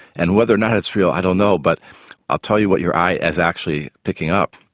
and whether or not it's real i don't know but i'll tell you what your eye is actually picking up.